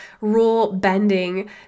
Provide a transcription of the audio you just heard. rule-bending